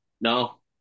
No